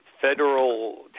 federal